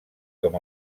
com